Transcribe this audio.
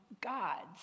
gods